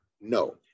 No